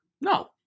No